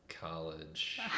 college